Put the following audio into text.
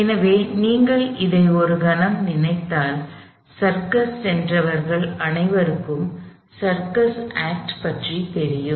எனவே நீங்கள் இதை ஒரு கணம் நினைத்தால் சர்க்கஸுக்குச் சென்றவர்கள் அனைவர்க்கும் சர்க்கஸ் ஆக்ட் பற்றி தெரியும்